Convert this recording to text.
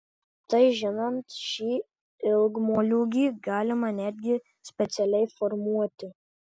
tai žinant šį ilgmoliūgį galima netgi specialiai formuoti